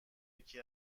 یکی